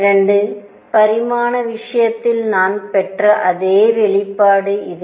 2 பரிமாண விஷயத்தில் நான் பெற்ற அதே வெளிப்பாடு இது